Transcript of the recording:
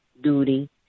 duty